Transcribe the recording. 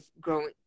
growing